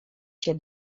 się